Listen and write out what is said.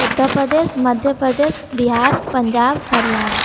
Uttar Pradesh Madhya Pradesh Bihar Punjab Haryana